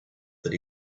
that